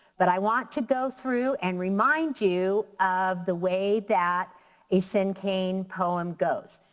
but i want to go through and remind you of the way that a so cinquain poem goes.